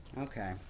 Okay